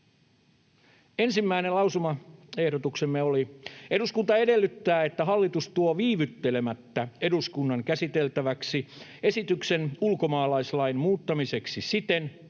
Ensimmäinen lausumaehdotuksemme oli: ”Eduskunta edellyttää, että hallitus tuo viivyttelemättä eduskunnan käsiteltäväksi esityksen ulkomaalaislain muuttamiseksi siten,